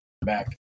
back